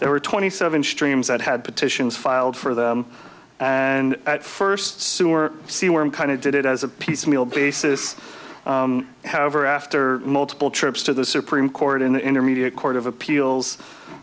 there were twenty seven streams that had petitions filed for them and at first see where i'm kind of did it as a piecemeal basis however after multiple trips to the supreme court in the intermediate court of appeals